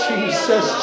Jesus